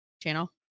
channel